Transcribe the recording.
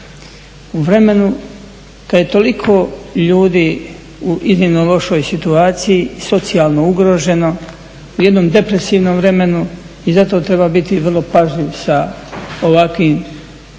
U vremenu kad je toliko ljudi u iznimno lošoj situaciji socijalno ugroženo, u jednom depresivnom vremenu i zato treba biti vrlo pažljiv sa ovakvim